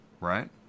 Right